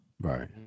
Right